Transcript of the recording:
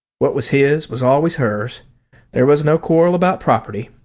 what was his was always hers there was no quarrel about property.